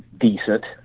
decent